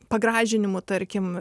pagražinimų tarkim